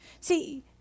See